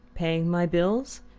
paying my bills?